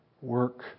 work